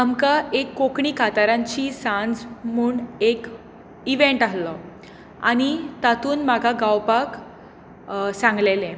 आमकां एक कोंकणी कांतारांची सांज म्हूण एक इवँट आसलो आनी तातूंत म्हाका गावपाक सांगलेलें